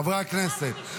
חברי הכנסת,